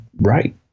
right